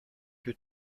que